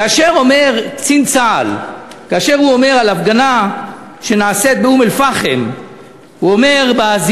כאשר אומר קצין צה"ל על הפגנה שנעשית באום-אלפחם בזימוניות,